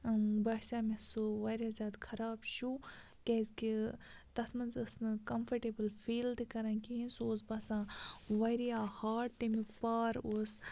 باسیو مےٚ سُہ واریاہ زیادٕ خراب شوٗ کیٛازِکہِ تَتھ منٛز ٲس نہٕ کَمفٲٹیبٕل فیٖل تہِ کَران کِہیٖنۍ سُہ اوس باسان واریاہ ہاڈ تَمیُک پار اوس